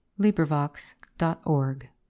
LibriVox.org